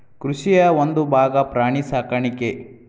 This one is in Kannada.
ಕೃಷಿಯ ಒಂದುಭಾಗಾ ಪ್ರಾಣಿ ಸಾಕಾಣಿಕೆ